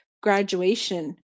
graduation